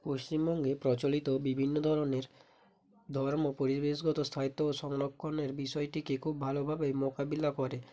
পশ্চিমবঙ্গে প্রচলিত বিভিন্ন ধরনের ধর্ম পরিবেশগত স্থায়িত্ব ও সংরক্ষণের বিষয়টিকে খুব ভালোভাবেই মোকাবিলা করে